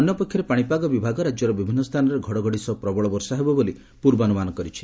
ଅନ୍ୟ ପକ୍ଷରେ ପାଣିପାଗ ବିଭାଗ ରାଜ୍ୟର ବିଭିନ୍ନ ସ୍ଥାନରେ ଘଡ଼ଘଡ଼ି ସହ ପ୍ରବଳ ବର୍ଷା ହେବ ବୋଲି ପୂର୍ବାନୁମାନ କରିଛି